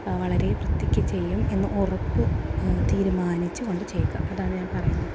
വളരെ വൃത്തിക്ക് ചെയ്യും എന്ന് ഉറപ്പ് തീരുമാനിച്ച് കൊണ്ട് ചെയ്യുക അതാണ് ഞാൻ പറയുന്നത്